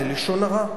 לשון הרע.